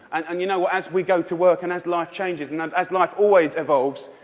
and and you know, as we go to work and as life changes, and and as life always evolves,